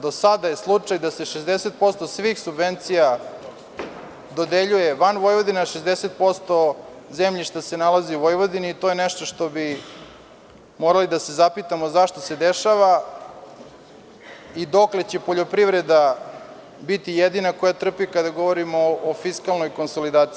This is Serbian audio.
Do sada je slučaj da se 60% svih subvencija dodeljuje van Vojvodine, a 60% zemljišta se nalazi u Vojvodini, to je nešto što bi morali da se zapitamo zašto se dešava i dokle će poljoprivreda biti jedina koja trpi kada govorimo o fiskalnoj konsolidaciji.